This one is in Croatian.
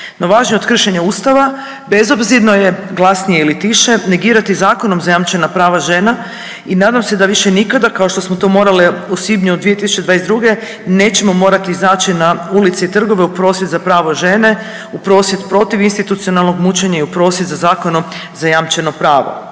No, važnije od kršenja Ustava bezobzirno je glasnije ili tiše negirati zakonom zajamčena prava žena i nadam se da više nikada kao što smo to morali u svibnju 2022. nećemo morati izaći na ulice i trgove u prosvjed za pravo žene, u prosvjed protiv institucionalnog mučenja i u prosvjed za zakonom zajamčeno pravo.